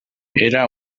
era